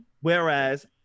Whereas